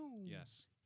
yes